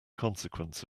consequence